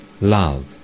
love